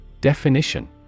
Definition